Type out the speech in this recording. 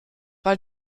weil